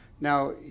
Now